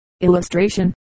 Illustration